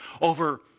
over